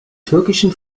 türkischen